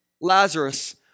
Lazarus